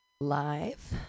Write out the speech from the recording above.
live